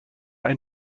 ein